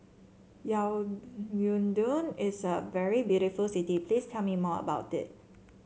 Yaounde is a very beautiful city Please tell me more about it